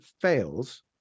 fails